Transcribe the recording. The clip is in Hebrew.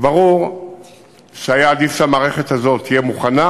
ברור שהיה עדיף שהמערכת הזאת תהיה מוכנה,